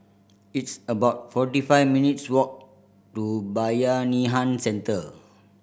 it's about forty five minutes' walk to Bayanihan Centre